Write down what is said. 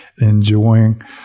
enjoying